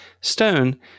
Stone